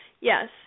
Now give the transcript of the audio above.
Yes